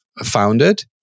founded